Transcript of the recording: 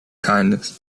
kindness